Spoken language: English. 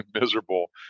miserable